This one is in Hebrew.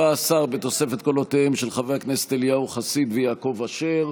בתוספת קולותיהם של חברי הכנסת אליהו חסיד ויעקב אשר,